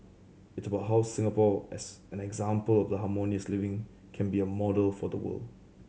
it's about how Singapore as an example of harmonious living can be a model for the world